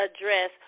address